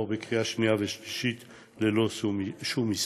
בקריאה שנייה ושלישית ללא שום הסתייגות.